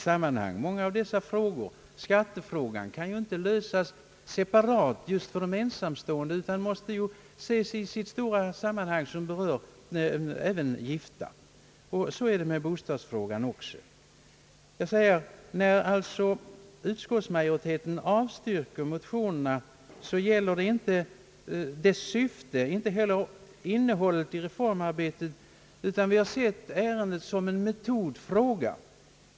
åtgärder till hjälp åt ensamstående vis skattefrågan, kan inte lösas separat för de ensamstående utan måste ses i sitt stora sammanhang som berör även gifta. Så är det också med bostadsfrågan. När utskottsmajoriteten avstyrker motionerna vänder man sig inte mot motionernas syfte, inte heller mot innehållet i reformarbetet, utan vi har sett ärendet som en metodfråga.